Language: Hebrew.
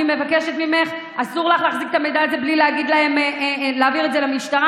אני מבקשת ממך: אסור לך להחזיק את המידע הזה בלי להעביר את זה למשטרה,